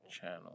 Channel